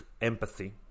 empathy